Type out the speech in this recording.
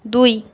দুই